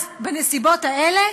אז בנסיבות האלה